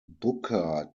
booker